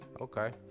Okay